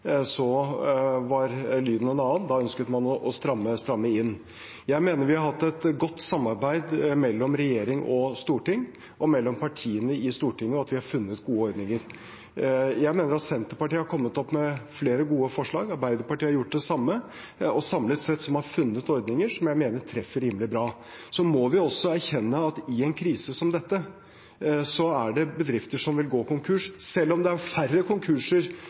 var lyden en annen. Da ønsket man å stramme inn. Jeg mener vi har hatt et godt samarbeid mellom regjering og storting, og mellom partiene i Stortinget, og at vi har funnet gode ordninger. Jeg mener at Senterpartiet har kommet opp med flere gode forslag. Arbeiderpartiet har gjort det samme, og samlet sett har man funnet ordninger som jeg mener treffer rimelig bra. Så må vi også erkjenne at i en krise som dette er det bedrifter som vil gå konkurs, selv om det er færre konkurser